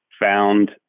found